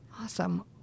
Awesome